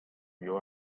you